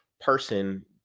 person